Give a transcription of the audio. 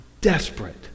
desperate